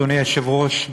אדוני היושב-ראש,